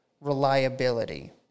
reliability